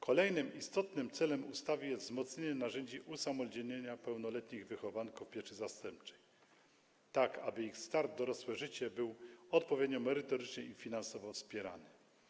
Kolejnym istotnym celem ustawy jest wzmocnienie narzędzi usamodzielniania pełnoletnich wychowanków pieczy zastępczej, tak aby ich start w dorosłe życie był odpowiednio merytorycznie i finansowo wspierany.